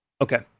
Okay